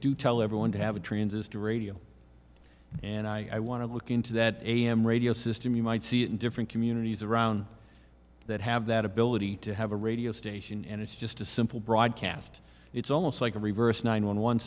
do tell everyone to have a transistor radio and i want to look into that am radio system you might see in different communities around that have that ability to have a radio station and it's just a simple broadcast it's almost like a reverse nine one one